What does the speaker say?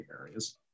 areas